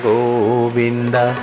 Govinda